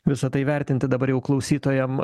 visa tai vertinti dabar jau klausytojam